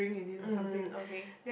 um okay